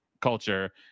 culture